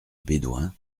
bédoin